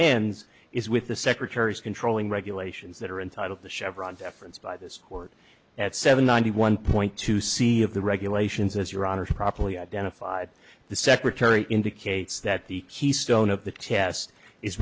ends is with the secretary's controlling regulations that are entitled to chevron deference by this court at seven ninety one point two c of the regulations as your honor to properly identified the secretary indicates that the keystone of the test is